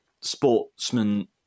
sportsman